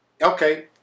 Okay